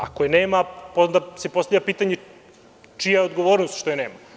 Ako je nema, onda se postavlja pitanje čija je odgovornost što je nema?